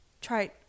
try